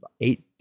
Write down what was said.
eight